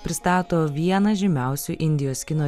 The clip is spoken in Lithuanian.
pristato vieną žymiausių indijos kino